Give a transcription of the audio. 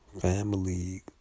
family